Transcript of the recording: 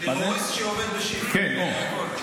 טרוריסט שעובד בשיפא, זה הכול.